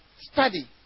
Study